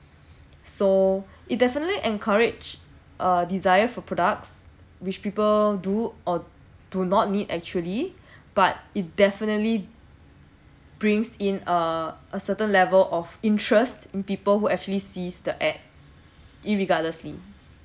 so it definitely encourage uh desire for products which people do or do not need actually but it definitely brings in a a certain level of interest in people who actually sees the ad irregardlessly